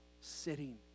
Sitting